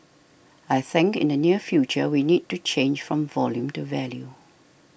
I think in the near future we need to change from volume to value